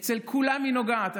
אצל כולם היא נוגעת.